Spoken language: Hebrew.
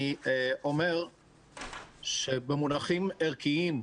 אני אומר שבמונחים ערכיים,